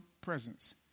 presence